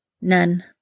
None